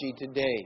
today